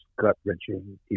gut-wrenching